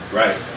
right